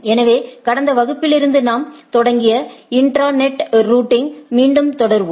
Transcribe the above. எனவே கடந்த வகுப்பிலிருந்து நாம் தொடங்கியஇன்ட்ரா டொமைன் ரூட்டிங்யை மீண்டும் தொடர்வோம்